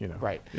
Right